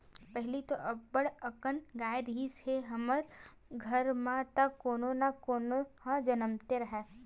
पहिली तो अब्बड़ अकन गाय रिहिस हे हमर घर म त कोनो न कोनो ह जमनतेच राहय